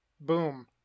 Boom